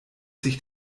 sich